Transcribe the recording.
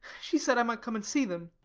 she said i might come and see them.